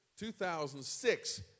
2006